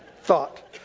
thought